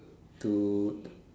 toot